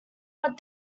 what